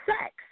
sex